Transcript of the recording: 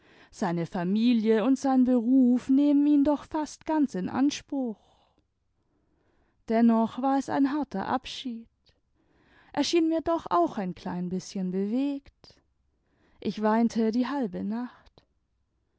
seine familie und sein beruf nehmen ihn doch fast ganz in anspruch dennoch war es ein harter abschied er schiel mir doch auch ein klein bißchen bewegt ich weinte die halbe nacht